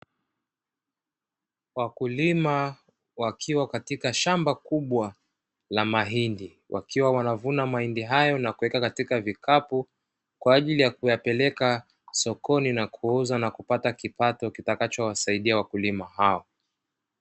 Wakulima wakiwa katika shamba kubwa la mahindi, wakiwa wanavuna mahindi hayo na kuweka katika vikapu kwa ajili ya kuyapeleka sokoni na kuuza na kupata kipatao, kitakachowasaidia wakulima hao.